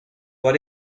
what